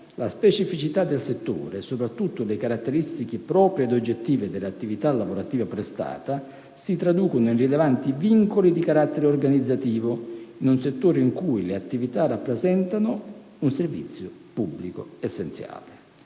la specificità del settore e, soprattutto, le caratteristiche proprie ed oggettive dell'attività lavorativa prestata, si traducono in rilevanti vincoli di carattere organizzativo in un settore in cui le attività rappresentano un servizio pubblico essenziale.